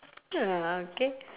uh okay